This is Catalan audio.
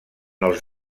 els